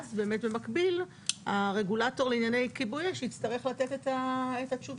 ואז באמת במקביל הרגולטור לענייני כיבוי אש יצטרך לתת את התשובות.